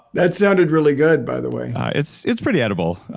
that sounded really good, by the way it's it's pretty edible.